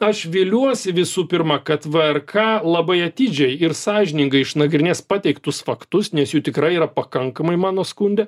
aš viliuosi visų pirma kad vrk labai atidžiai ir sąžiningai išnagrinės pateiktus faktus nes jų tikrai yra pakankamai mano skunde